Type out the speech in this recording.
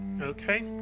okay